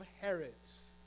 Herod's